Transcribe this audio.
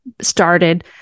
started